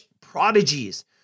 prodigies